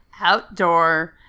Outdoor